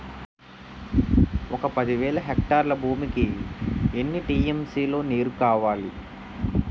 ఒక పది వేల హెక్టార్ల భూమికి ఎన్ని టీ.ఎం.సీ లో నీరు కావాలి?